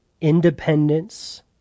independence